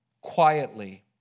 quietly